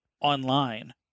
online